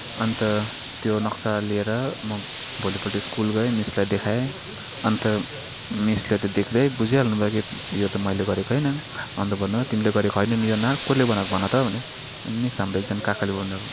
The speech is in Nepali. अन्त त्यो नक्सा लिएर म भोलिपल्ट स्कुल गएँ मिसलाई देखाएँ अन्त मिसले त देख्दै बुझिहाल्नु भयो कि यो त मैले गरेको होइन अन्त भन्नुभयो तिमले गरेको होइन नि यो न कसले बनाएको भन त मिस हाम्रो एकजना काकाले बनाउनुभएको